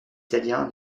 italien